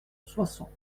soissons